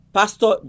pastor